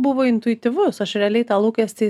buvo intuityvus aš realiai tą lūkestį